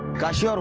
kashi ah